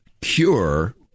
cure